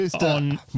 on